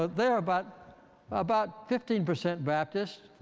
there are but about fifteen percent baptist,